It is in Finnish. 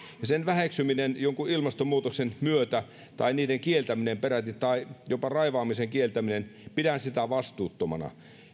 ja niiden väheksymistä jonkun ilmastonmuutoksen myötä tai niiden kieltämistä peräti tai jopa raivaamisen kieltämistä pidän vastuuttomana